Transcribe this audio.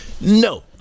No